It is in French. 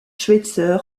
schweitzer